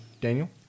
Daniel